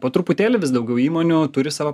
po truputėlį vis daugiau įmonių turi savo